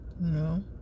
No